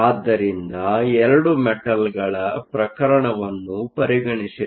ಆದ್ದರಿಂದ 2 ಮೆಟಲ್ಗಳ ಪ್ರಕರಣವನ್ನು ಪರಿಗಣಿಸಿರಿ